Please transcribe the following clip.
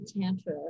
Tantra